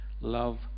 love